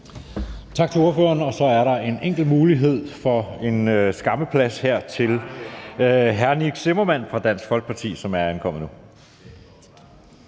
Tak til ordføreren. Så er der en enkelt mulighed for en skammeplads her til hr. Nick Zimmermann fra Dansk Folkeparti, som nu er ankommet.